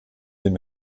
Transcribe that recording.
dem